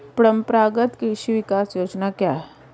परंपरागत कृषि विकास योजना क्या है?